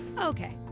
Okay